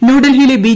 ന്യൂഡൽഹിയിലെ ബി